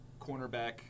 cornerback